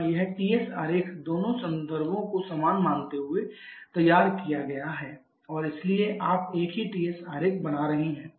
यहाँ यह Ts आरेख दोनों संदर्भों को समान मानते हुए तैयार किया गया है और इसीलिए आप एक ही Ts आरेख बना रहे हैं